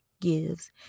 gives